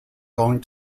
going